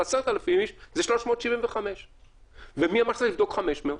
10,000 איש זה 375. ומי אמר שצריך לבדוק 500?